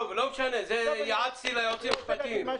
לא משנה, ייעצתי ליועצים המשפטיים.